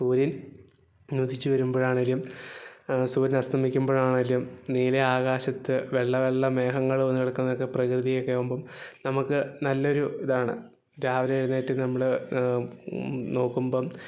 സൂര്യന് ഉദിച്ചു വരുമ്പോഴാണെലും സൂര്യന് അസ്തമിക്കുമ്പോഴാണെലും നീല ആകാശത്ത് വെള്ള വെള്ള മേഘങ്ങൾ വന്നു കിടക്കുന്നത് ഒക്കെ പ്രകൃതിയൊക്കെയാകുമ്പം നമുക്ക് നല്ലൊരു ഇതാണ് രാവിലെ എഴുന്നേറ്റ് നമ്മൾ നോക്കുമ്പം